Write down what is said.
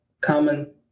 common